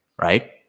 right